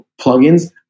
plugins